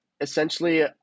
essentially